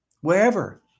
wherever